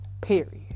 Period